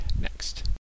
next